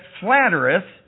flattereth